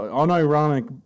unironic